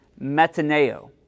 metaneo